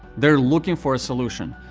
they're looking for a solution.